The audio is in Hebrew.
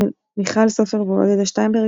מיכל סופר ועודדה שטיינברג,